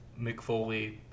mcfoley